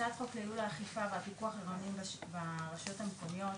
הצעת חוק לייעול האכיפה והפיקוח העירוניים ברשויות המקומיות,